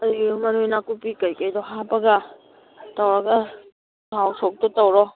ꯃꯔꯣꯏ ꯅꯥꯀꯨꯞꯄꯤ ꯀꯩꯀꯩꯗꯣ ꯍꯥꯞꯄꯒ ꯇꯧꯔꯒ ꯊꯥꯎ ꯁꯣꯛꯇꯣ ꯇꯧꯔꯣ